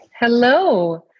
Hello